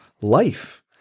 life